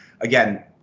again